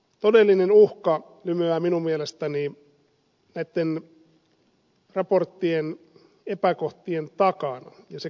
todellinen uhka lymyää minun mielestäni näitten raporttien epäkohtien takana ja se kasvaa siellä